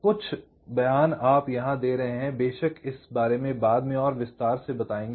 कुछ बयान आप यहाँ दे रहे हैं बेशक इस बारे में बाद में और अधिक विस्तार से बताएंगे